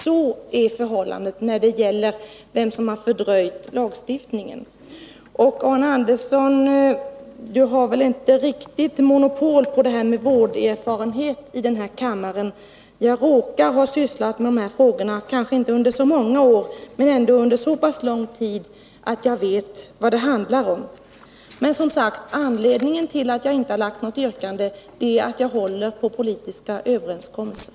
Så är förhållandet när det gäller vem som har fördröjt lagstiftningen. Arne Andersson har väl inte i denna kammare monopol på vårderfarenhet. Jag råkar ha sysslat med sådana här frågor, kanske inte under så många år men under så pass lång tid att jag vet vad det handlar om. Men anledningen tillatt jag inte har ställt något annat yrkande är alltså att jag håller på politiska överenskommelser.